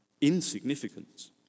insignificance